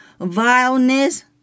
vileness